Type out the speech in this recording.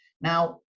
Now